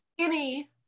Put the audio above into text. skinny